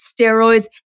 steroids